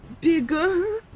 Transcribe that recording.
Bigger